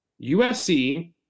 USC